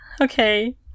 okay